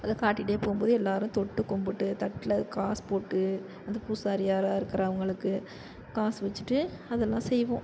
அதை காட்டிகிட்டே போகும்போது எல்லோரும் தொட்டு கும்பிட்டு தட்டில் காசு போட்டு அது பூசாரி யாராக இருக்கறவங்களுக்கு காசு வெச்சுட்டு அதெல்லாம் செய்வோம்